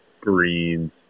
green